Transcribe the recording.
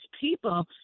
people